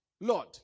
Lord